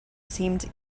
seemed